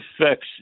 affects